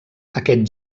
aquest